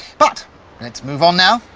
but let's move on now.